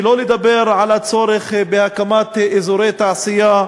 שלא לדבר על הצורך בהקמת אזורי תעשייה